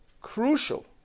crucial